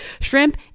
shrimp